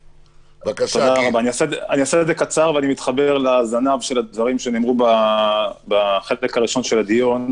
אני מתחבר לזנב של הדברים שנאמרו בחלק הראשון של הדיון,